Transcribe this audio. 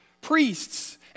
Priests